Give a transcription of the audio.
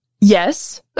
Yes